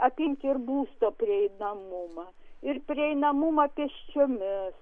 apimti ir būsto prieinamumą ir prieinamumą pėsčiomis